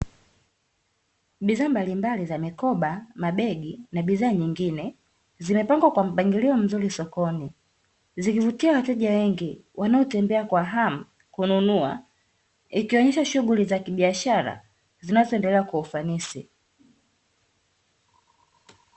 Bidhaa mbalimbali za mikoba, mabegi na bidhaa nyingine, zimepangwa kwa mpangilio mzuri sokoni, zikivutia wateja wengi wanaotembea kwa hamu kununua, ikionyesha shughuli za kibiashara zinazoendelea kwa ufanisi.